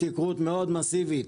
התייקרות מאוד מאסיבית.